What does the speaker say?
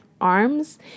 arms